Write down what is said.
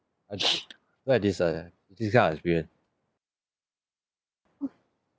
actually don't have this uh this kind of experience